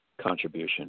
contribution